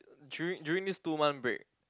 during during these two month break